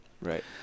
Right